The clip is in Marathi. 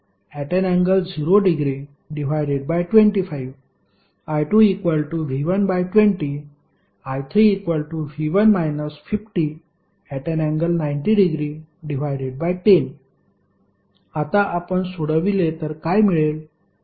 I1V1 100∠0°25 I2V120 I3V1 50∠90°10 आता आपण सोडविले तर काय मिळेल